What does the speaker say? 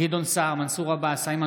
גדעון סער, אינו נוכח מנסור עבאס,